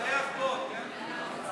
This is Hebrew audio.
לפני החוק, כן?